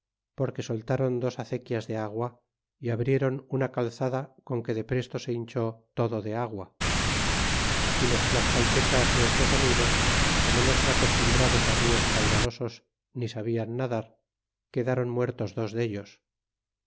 porque soltaron dos acequias de agua y abriéron una calzada con que depresto se hinché todo de agua y los tlascaltecas nuestros amigos como no son acostumbrados á ricos caudalosos ni sabian nadar quedaron muertos dos dellos